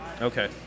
Okay